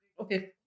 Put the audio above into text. Okay